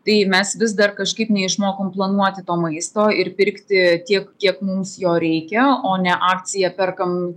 tai mes vis dar kažkaip neišmokom planuoti to maisto ir pirkti tiek kiek mums jo reikia o ne akcija perkam